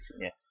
yes